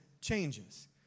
changes